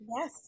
yes